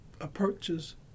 approaches